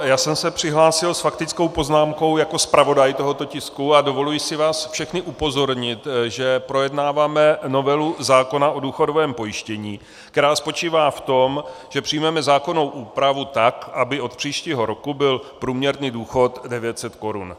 Já jsem se přihlásil s faktickou poznámkou jako zpravodaj tohoto tisku a dovoluji si vás všechny upozornit, že projednáváme novelu zákona o důchodovém pojištění, která spočívá v tom, že přijmeme zákonnou úpravu tak, aby od příštího roku byl průměrný důchod 900 korun (?).